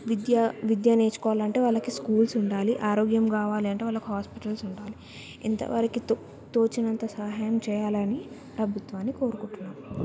విద్య విద్య నేర్చుకోవాలి అంటే వాళ్ళకి స్కూల్స్ ఉండాలి ఆరోగ్యం కావాలంటే వాళ్ళకి హాస్పిటల్స్ ఉండాలి ఎంతవరకి తో తోచినంత సహాయం చేయాలని ప్రభుత్వాన్ని కోరుకుంటున్నాను